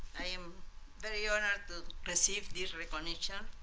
i am very honored to receive this recognition.